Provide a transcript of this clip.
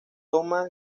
toma